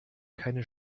keine